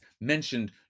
mentioned